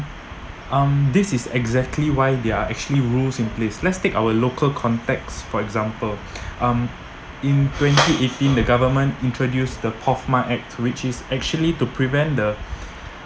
um this is exactly why they are actually rules in place let's take our local context for example um in twenty-eighteen the government introduced the P_O_F_M_A act which is actually to prevent the